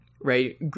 right